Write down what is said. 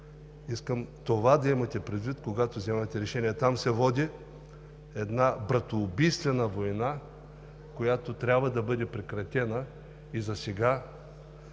Искам това да имате предвид, когато вземате решение. Там се води една братоубийствена война, която трябва да бъде прекратена, и засега